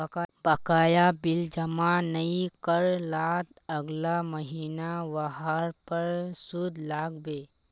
बकाया बिल जमा नइ कर लात अगला महिना वहार पर सूद लाग बे